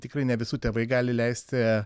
tikrai ne visų tėvai gali leisti